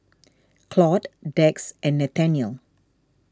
Claud Dax and Nathanial